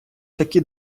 такі